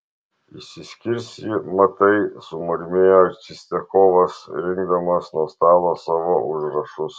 išsiskirs ji matai sumurmėjo čistiakovas rinkdamas nuo stalo savo užrašus